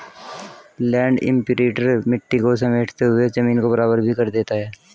land imprinter मिट्टी को समेटते हुए जमीन को बराबर भी कर देता है